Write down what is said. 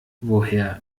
woher